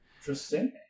interesting